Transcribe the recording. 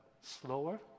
slower